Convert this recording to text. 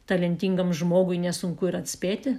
talentingam žmogui nesunku ir atspėti